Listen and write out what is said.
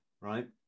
right